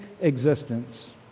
existence